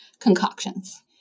concoctions